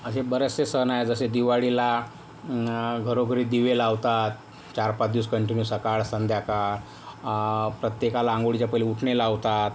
असे बरेचसे सण आहेत जसे दिवाळीला घरोघरी दिवे लावतात चारपाच दिवस कंटिन्यू सकाळ संध्याकाळ प्रत्येकाला अंघोळीच्या पहिले उटणे लावतात